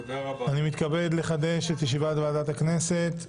אני מתכבד לפתוח את ישיבת ועדת הכנסת.